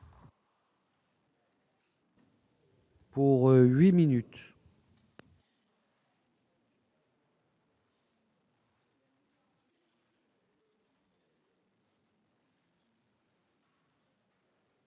Pour 8 minutes.